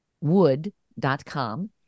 wood.com